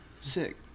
Sick